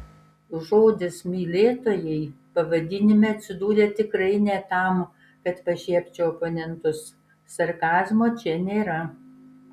žodis mylėtojai pavadinime atsidūrė tikrai ne tam kad pašiepčiau oponentus sarkazmo čia nėra